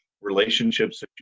relationships